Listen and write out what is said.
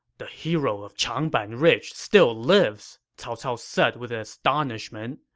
the hero of changban ridge still lives! cao cao said with astonishment.